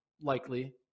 likely